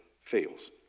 fails